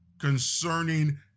concerning